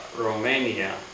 Romania